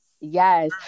Yes